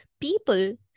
people